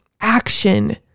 Action